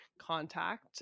contact